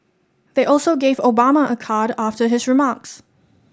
they also gave Obama a card after his remarks